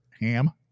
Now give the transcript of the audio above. ham